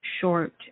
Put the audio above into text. Short